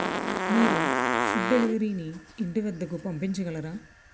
మీరు ఫుడ్ డెలివరీని ఇంటి వద్దకు పంపించగలరా